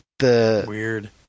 Weird